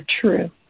true